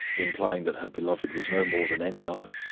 implying that her beloved was no more than any other,